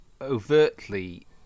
overtly